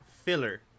filler